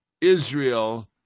Israel